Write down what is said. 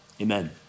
amen